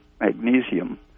magnesium